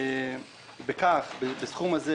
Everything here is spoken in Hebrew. הסכום הזה,